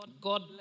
God